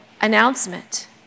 announcement